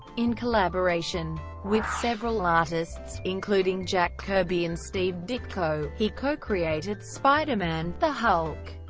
in collaboration with several artists, including jack kirby and steve ditko, he co-created spider-man, the hulk,